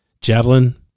javelin